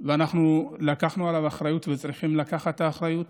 ואנחנו לקחנו עליו אחריות וצריכים לקחת את האחריות.